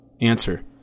Answer